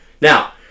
Now